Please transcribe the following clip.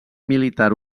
militar